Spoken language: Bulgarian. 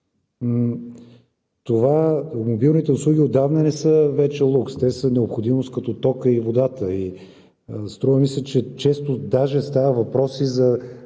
Мобилните услуги отдавна не са вече лукс, те са необходимост като тока и водата. Струва ми се, че често даже става въпрос и за